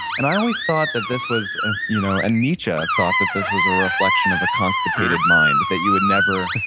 and i always thought that this was ah you know and nietzsche thought that this was a reflection of a constipated mind, that you would never,